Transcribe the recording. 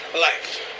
life